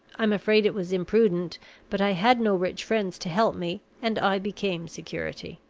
i'm afraid it was imprudent but i had no rich friends to help me, and i became security.